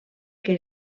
que